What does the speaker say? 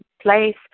place